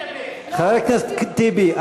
חבר הכנסת טיבי,